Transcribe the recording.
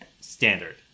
standard